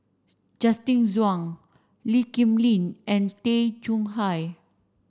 Justin Zhuang Lee Kip Lin and Tay Chong Hai